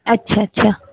अच्छा अच्छा